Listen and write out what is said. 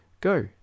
Go